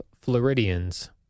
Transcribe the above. Floridians